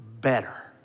better